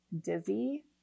dizzy